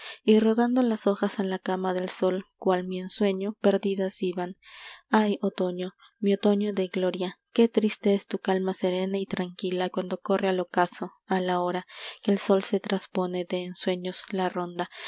y rodando las hojas a la cama del sol cual mi ensueño perdidas iban ay otoño mi otoño de gloria qué triste es tu calma serena y tranquila cuando corre al ocaso a lahora que el sol se traspone de ensueños la ronda